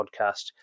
podcast